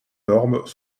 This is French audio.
normes